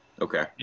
Okay